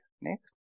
next